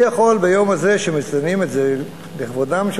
אני יכול ביום הזה שמציינים לכבודם של